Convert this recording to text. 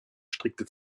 strikte